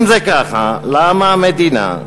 אם זה כך, למה המדינה,